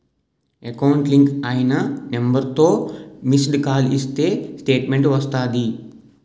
account link అయిన నెంబర్తో missed call ఇస్తే స్టేట్మెంటు వస్తాది